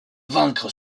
vaincre